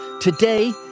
Today